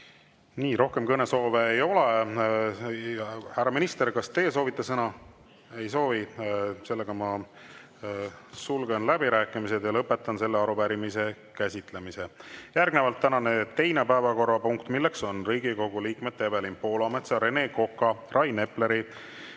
Aitäh! Rohkem kõnesoove ei ole. Härra minister, kas teie soovite sõna? Ei soovi. Ma sulgen läbirääkimised ja lõpetan selle arupärimise käsitlemise. Järgnevalt tänane teine päevakorrapunkt, mis on Riigikogu liikmete Evelin Poolametsa, Rene Koka, Rain Epleri